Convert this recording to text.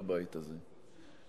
בבית הזה,